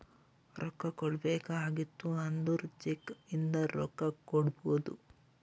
ರೊಕ್ಕಾ ಕೊಡ್ಬೇಕ ಆಗಿತ್ತು ಅಂದುರ್ ಚೆಕ್ ಇಂದ ರೊಕ್ಕಾ ಕೊಡ್ಬೋದು